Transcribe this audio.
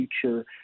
future